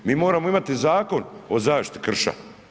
Mi moramo imati zakon o zaštiti krša.